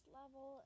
level